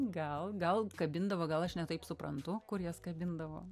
gal gal kabindavo gal aš ne taip suprantu kur jas kabindavo